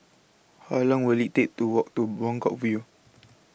How Long Will IT Take to Walk to Buangkok View